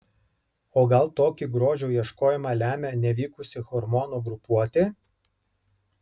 o gal tokį grožio ieškojimą lemia nevykusi hormonų grupuotė